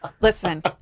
Listen